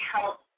help